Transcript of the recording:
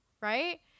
right